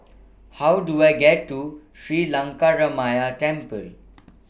How Do I get to Sri Lankaramaya Temple